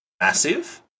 massive